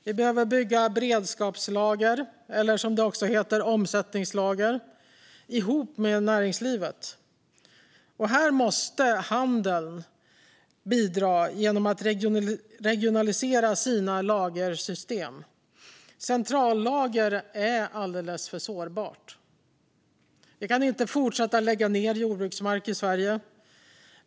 Vi behöver bygga beredskapslager, eller som det också heter omsättningslager, ihop med näringslivet. Här måste handeln bidra genom att regionalisera sina lagersystem. Centrallager är alldeles för sårbart. Vi kan inte fortsätta att lägga ned jordbruksmark i Sverige.